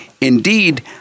indeed